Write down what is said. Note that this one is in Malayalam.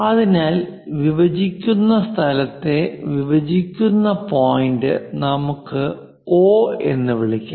അതിനാൽ വിഭജിക്കുന്ന സ്ഥലത്തെ വിഭജിക്കുന്ന പോയിന്റ് നമുക്ക് ഒ എന്ന് വിളിക്കാം